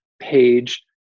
page